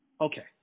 Okay